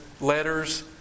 letters